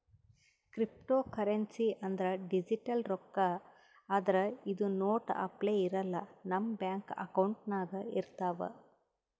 cryptocurrency ಅಂದ್ರ digital ರೊಕ್ಕಾ ಆದ್ರ್ ಇದು ನೋಟ್ ಅಪ್ಲೆ ಇರಲ್ಲ ನಮ್ ಬ್ಯಾಂಕ್ ಅಕೌಂಟ್ನಾಗ್ ಇರ್ತವ್